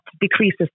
decreases